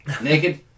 Naked